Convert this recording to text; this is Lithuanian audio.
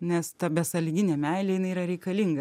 nes ta besąlyginė meilė jinai yra reikalinga